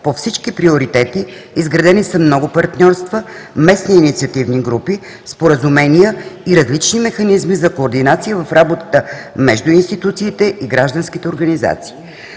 по всички приоритети, изградени са много партньорства, местни инициативни групи, споразумения и различни механизми за координация в работата между институциите и гражданските организации.